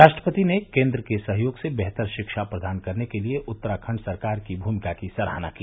राष्ट्रपति ने केन्द्र के सहयोग से बेहतर शिक्षा प्रदान करने के लिए उत्तराखंड सरकार की भूमिका की सराहना की